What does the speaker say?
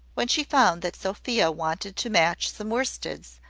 when she found that sophia wanted to match some worsteds,